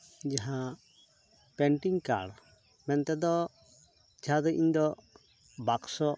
ᱡᱟᱦᱟᱸ ᱯᱮᱱᱴᱤᱝ ᱠᱟᱬ ᱢᱮᱱᱛᱮ ᱫᱚ ᱡᱟᱦᱟᱸ ᱫᱚ ᱤᱧ ᱫᱚ ᱵᱟᱠᱥᱚ